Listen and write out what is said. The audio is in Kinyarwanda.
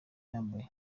yambaye